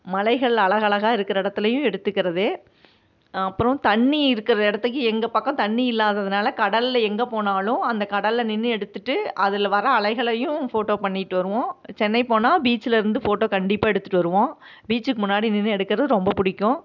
மலைகள் அழகழகாக இருக்கிற இடத்துலையும் எடுத்துக்கிறது அப்புறம் தண்ணி இருக்கிற இடத்துக்கு எங்கள் பக்கம் தண்ணி இல்லாததுனால் கடலில் எங்கே போனாலும் அந்த கடலில் நின்று எடுத்துகிட்டு அதில் வர்ற அலைகளையும் ஃபோட்டோ பண்ணிகிட்டு வருவோம் சென்னை போனா பீச்சில் இருந்து ஃபோட்டோ கண்டிப்பாக எடுத்துகிட்டு வருவோம் பீச்சுக்கு முன்னாடி நின்று எடுக்கிறது ரொம்ப பிடிக்கும்